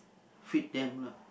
feed them lah